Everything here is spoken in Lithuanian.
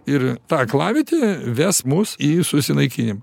ir ta aklavietė ves mus į susinaikinimą